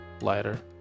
lighter